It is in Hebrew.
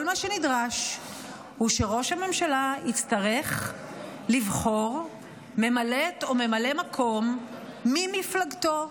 כל מה שנדרש הוא שראש הממשלה יצטרך לבחור ממלאת או ממלא מקום ממפלגתו.